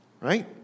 right